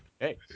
Hey